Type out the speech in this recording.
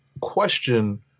question